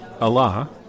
Allah